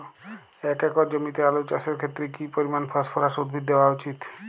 এক একর জমিতে আলু চাষের ক্ষেত্রে কি পরিমাণ ফসফরাস উদ্ভিদ দেওয়া উচিৎ?